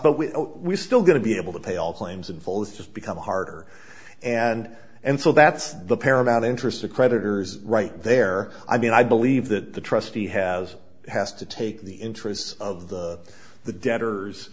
we're we're still going to be able to pay all claims in full it's just become harder and and so that's the paramount interest the creditors right there i mean i believe that the trustee has has to take the interests of the the debtors